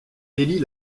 élit